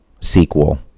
sequel